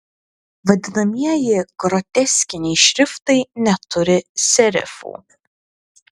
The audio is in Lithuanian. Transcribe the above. vadinamieji groteskiniai šriftai neturi serifų